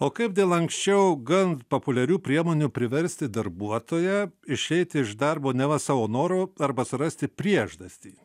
o kaip dėl anksčiau gan papuliarių priemonių priversti darbuotoją išeiti iš darbo neva savo noru arba surasti prieždastį